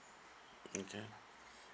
okay